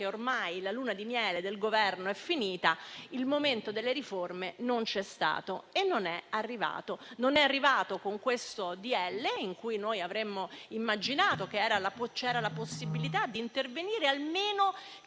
ormai la luna di miele del Governo è finita, il momento delle riforme non c'è stato e non è arrivato. Non è arrivato con questo decreto-legge in cui noi avremmo immaginato la possibilità di intervenire almeno